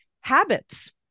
habits